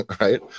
right